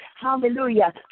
hallelujah